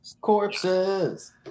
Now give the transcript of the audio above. corpses